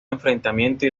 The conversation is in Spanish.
enfrentamiento